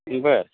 बरं